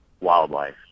wildlife